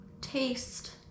Taste